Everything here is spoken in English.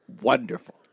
Wonderful